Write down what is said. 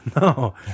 No